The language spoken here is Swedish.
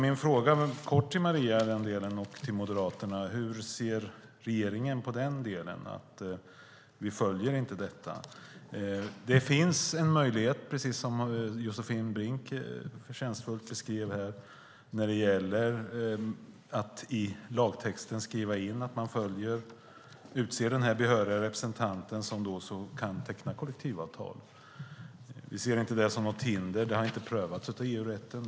Min fråga till Maria Plass och Moderaterna är: Hur ser regeringen på att vi inte följer dessa konventioner? Det finns en möjlighet, precis som Josefin Brink förtjänstfullt beskrev här, när det gäller att i lagtexten skriva in att man utser denna behöriga representant som då kan teckna kollektivavtal. Vi ser inte detta som något hinder. Det har inte prövats av EU-rätten.